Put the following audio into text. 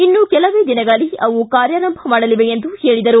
ಇನ್ನು ಕೆಲವೇ ದಿನಗಳಲ್ಲಿ ಅವು ಕಾರ್ಯಾರಂಭ ಮಾಡಲಿದೆ ಎಂದರು